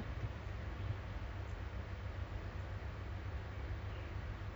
ya tapi !aiya! susah you tak cause my line of work sekarang is like